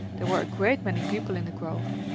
there were a great many people in the grove,